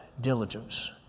diligence